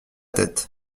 tête